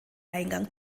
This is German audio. eingang